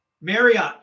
Marriott